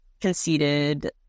conceded